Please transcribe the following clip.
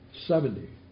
Seventy